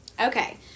Okay